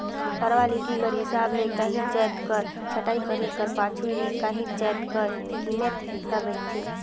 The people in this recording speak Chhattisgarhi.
क्वालिटी कर हिसाब ले काहींच जाएत कर छंटई करे कर पाछू ही काहीं जाएत कर कीमेत हर रहथे